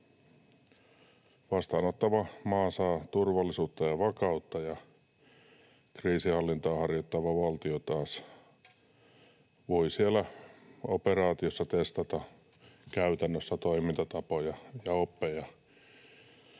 Vastaanottava maa saa turvallisuutta ja vakautta, ja kriisinhallintaa harjoittava valtio taas voi siellä operaatiossa testata käytännössä toimintatapoja ja oppeja,